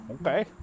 okay